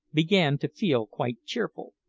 began to feel quite cheerful.